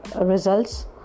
results